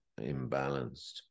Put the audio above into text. imbalanced